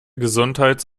gesundheits